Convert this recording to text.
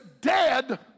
dead